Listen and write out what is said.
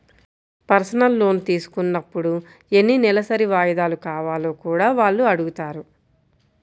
personal loan తీసుకున్నప్పుడు ఎన్ని నెలసరి వాయిదాలు కావాలో కూడా వాళ్ళు అడుగుతారు